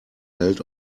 held